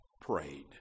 prayed